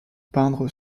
peindre